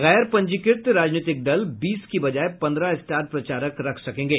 गैर पंजीकृत राजनीतिक दल बीस की बजाय पन्द्रह स्टार प्रचारक रख सकेंगे